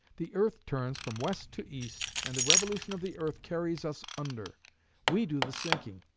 the earth turns from west to east and the revolution of the earth carries us under we do the sinking,